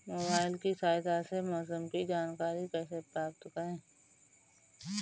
Mobile की सहायता से मौसम की जानकारी कैसे प्राप्त करें?